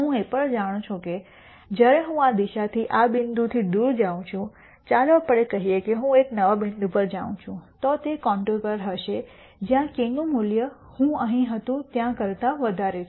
હું એ પણ જાણું છું કે જ્યારે હું આ દિશાથી આ બિંદુથી દૂર જાઉં છું ચાલો આપણે કહીએ કે હું એક નવા બિંદુ પર જાઉં છું તો તે કોન્ટૂર પર હશે જ્યાં કેનું મૂલ્ય હું અહીં હતું ત્યાં કરતા વધારે છે